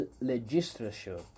legislature